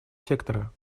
сектора